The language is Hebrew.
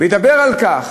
וידבר על כך.